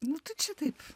nu tu čia taip